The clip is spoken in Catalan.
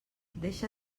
deixa